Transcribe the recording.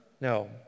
no